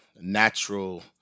natural